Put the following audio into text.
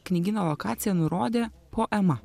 knygyno lokaciją nurodė poema